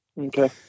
okay